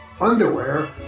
underwear